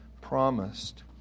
promised